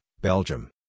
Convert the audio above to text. Belgium